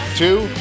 Two